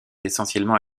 essentiellement